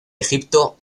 egipto